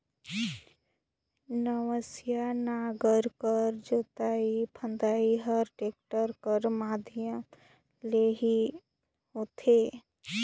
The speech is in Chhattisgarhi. नवनसिया नांगर कर जोतई फदई हर टेक्टर कर माध्यम ले ही होथे